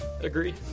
Agreed